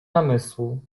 namysłu